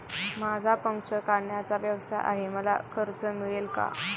माझा पंक्चर काढण्याचा व्यवसाय आहे मला कर्ज मिळेल का?